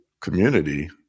community